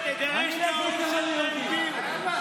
תכין את הכסף, תכין את הכסף.